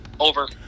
over